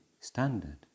standard